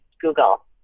Google